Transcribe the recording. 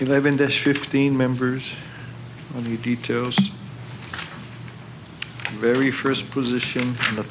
you live in this fifteen members of the details very first position in the